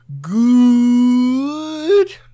good